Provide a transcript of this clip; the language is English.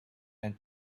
and